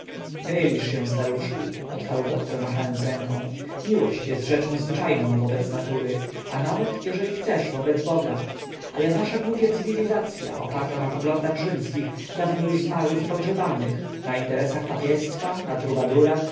mylisz się staruszku odparł doktor machając ręką miłość jest rzeczą zwyczajną wobec natury a nawet jeżeli chcesz wobec boga ale wasza głupia cywilizacya oparta na poglądach rzymskich dawno już zmarłych i pogrzebanych na interesach papiestwa na